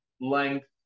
length